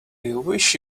wish